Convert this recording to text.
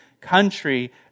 country